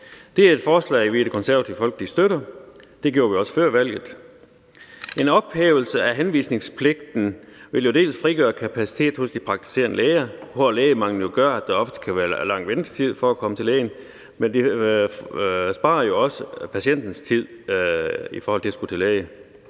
Det er et forslag, vi i Det Konservative Folkeparti støtter, og det gjorde vi også før valget. En ophævelse af henvisningspligten vil jo dels frigøre kapacitet hos de praktiserende læger, hvor lægemanglen gør, at der ofte kan være lang ventetid for at komme til lægen, og dels sparer det jo også patientens tid i forhold til at skulle til læge.